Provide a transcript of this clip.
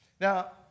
Now